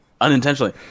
unintentionally